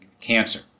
cancer